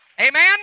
Amen